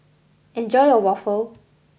enjoy your waffle